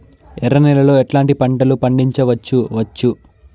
ఎర్ర నేలలో ఎట్లాంటి పంట లు పండించవచ్చు వచ్చు?